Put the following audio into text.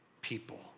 people